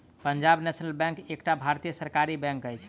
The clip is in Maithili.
पंजाब नेशनल बैंक एकटा भारतीय सरकारी बैंक अछि